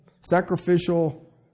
sacrificial